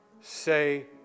say